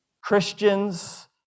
Christians